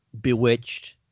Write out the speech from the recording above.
bewitched